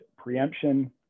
preemption